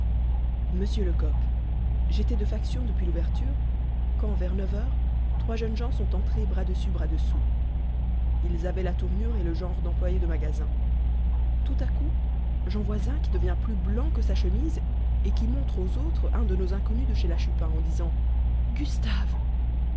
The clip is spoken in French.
monsieur lecoq j'étais de faction depuis l'ouverture quand vers neuf heures trois jeunes gens sont entrés bras dessus bras dessous ils avaient la tournure et le genre d'employés de magasin tout à coup j'en vois un qui devient plus blanc que sa chemise et qui montre aux autres un de nos inconnus de chez la chupin en disant gustave